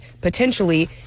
potentially